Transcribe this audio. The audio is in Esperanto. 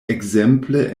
ekzemple